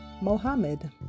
mohammed